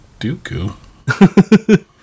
Dooku